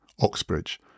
Oxbridge